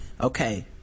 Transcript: Okay